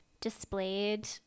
displayed